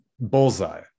Bullseye